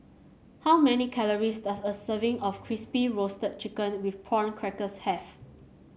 how many calories does a serving of Crispy Roasted Chicken with Prawn Crackers have